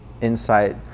insight